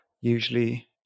usually